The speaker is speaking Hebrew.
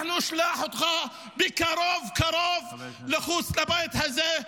אנחנו נשלח אותך בקרוב-קרוב מחוץ לבית הזה,